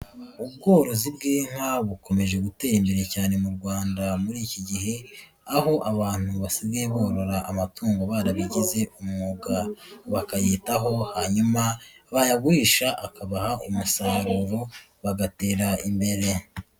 Ubworozi bw'inka bukomeje gutera imbere cyane mu Rwanda muri iki gihe, aho abantu basigaye borora amatungo barabigize umwuga, bakayitaho hanyuma bayagurisha akabaha umusaruro bagatera imbere.